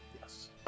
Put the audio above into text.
Yes